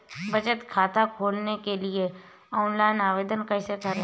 बचत खाता खोलने के लिए ऑनलाइन आवेदन कैसे करें?